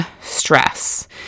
stress